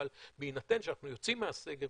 אבל בהינתן שאנחנו יוצאים מהסגר,